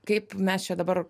kaip mes čia dabar